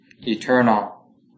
eternal